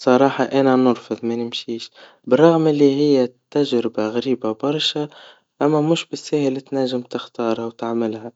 بصراحا أنا عمرفض منمشيش, بالرغم اللي هي تجربا غريبا برشا, أما مش بالساهل تناجم تختارها وتعملها,